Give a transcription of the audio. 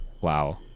Wow